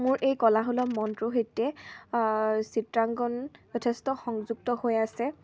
মোৰ এই কলাসুলভ মনটোৰ সৈতে চিত্ৰাংকণ যথেষ্ট সংযুক্ত হৈ আছে